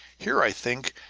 here, i think,